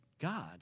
God